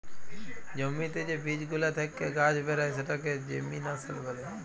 জ্যমিতে যে বীজ গুলা থেক্যে গাছ বেরয় সেটাকে জেমিনাসল ব্যলে